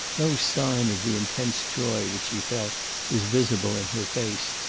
no sign of the intense joy which she felt was visible in her face,